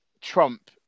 Trump